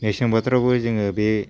मेसें बोथोरावबो जोङो बे